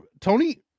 tony